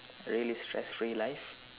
really stress free life